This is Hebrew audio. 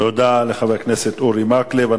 תודה לחבר הכנסת אורי מקלב.